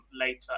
later